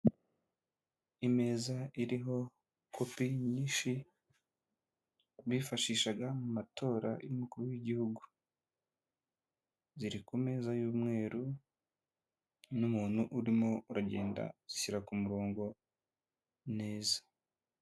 Imeza iriho kopi nyinshi bifashishaga mu matora y'umukuru w'igihugu ziri ku meza y'umweru n'umuntu urimo uragenda uzishyira ku kumurongo neza.